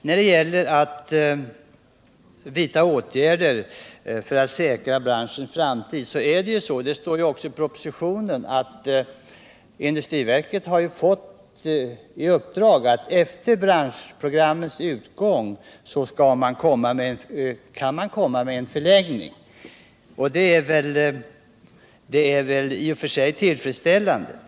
När det gäller att vidta åtgärder för att säkra branschens framtid har industriverket fått i uppdrag att efter branschprogrammets genomförande komma med förslag om förlängning. Så står det också i propositionen. Detta är i och för sig tillfredsställande.